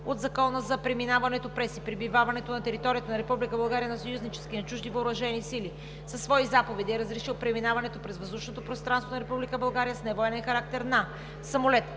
от Закона за преминаването през и пребиваването на територията на Република България на съюзнически и на чужди въоръжени сили, със свои заповеди е разрешил преминаването през въздушното пространство на Република България с невоенен характер на: - самолет